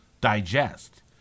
digest